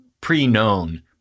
pre-known